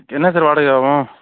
என்ன சார் வாடகை ஆவும்